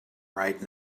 right